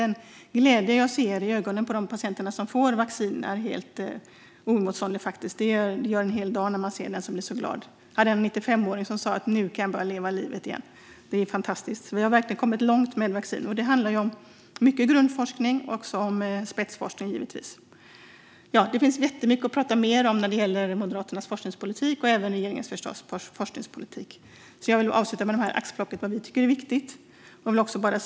Den glädje jag ser i ögonen på de patienter som får vaccin är helt oemotståndlig. Det gör en hel dag att se någon som blir så glad. Jag hade en 95-åring som sa: Nu kan jag börja leva livet igen. Det är fantastiskt. Vi har verkligen kommit långt med vaccin. Det handlar om mycket grundforskning och givetvis också spetsforskning. Det finns mycket mer att prata om när det gäller Moderaternas forskningspolitik och regeringens forskningspolitik. Jag avslutar med detta axplock av vad vi tycker är viktigt.